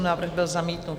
Návrh byl zamítnut.